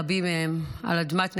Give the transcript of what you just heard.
רבים מהם על אדמת נכר,